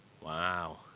Wow